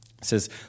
says